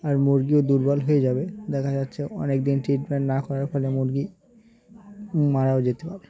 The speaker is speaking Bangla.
আর মুরগিও দুর্বল হয়ে যাবে দেখা যাচ্ছে অনেক দিন ট্রিটমেন্ট না করার ফলে মুরগি মারাও যেতে পারে